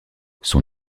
son